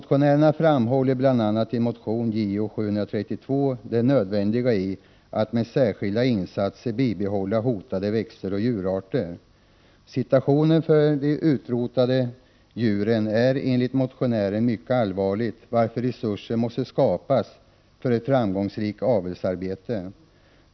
Situationen för de utrotningshotade djuren är enligt motionärerna mycket allvarlig, varför resurser måste skapas för ett framgångsrikt avelsarbete.